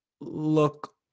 look